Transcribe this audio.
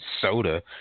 soda